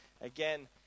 again